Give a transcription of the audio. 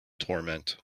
torment